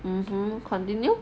mmhmm continue